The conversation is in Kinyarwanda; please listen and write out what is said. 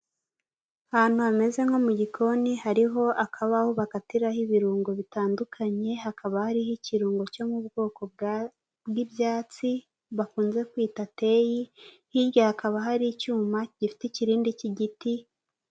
Ahantu hameze nko mu gikoni hariho akabaho bakatiraho ibirungo bitandukanye, hakaba hariho ikirungo cyo mu bwoko bw'ibyatsi bakunze kwita teyi, hirya hakaba hari icyuma gifite ikirindi cy'igiti.